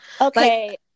Okay